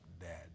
dead